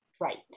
Right